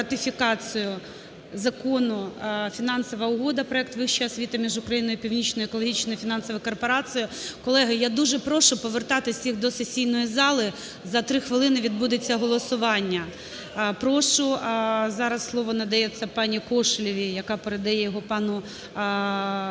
зараз слово надається пані Кошелєвій, яка передає йому пану Ляшку